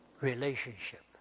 relationship